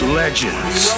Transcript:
legends